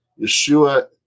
Yeshua